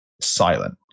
silent